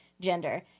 gender